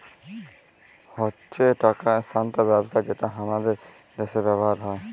হচ্যে টাকা স্থানান্তর ব্যবস্থা যেটা হামাদের দ্যাশে ব্যবহার হ্যয়